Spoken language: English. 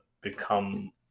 become